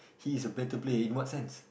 he is a better player in what sense